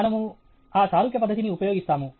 మనము ఆ సారూప్య పద్ధతిని ఉపయోగిస్తాము